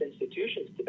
institutions